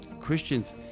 Christians